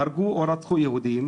רצחו יהודים,